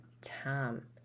time